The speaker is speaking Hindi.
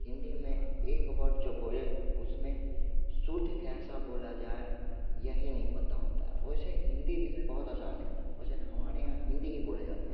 हिंदी में एक वर्ड जो बोले उसमें शुद्ध कैसा बोला जाए यही नहीं पता होता है वैसे हिंदी भी बहुत आसान है वैसे हमारे यहाँ हिंदी ही बोला जाता है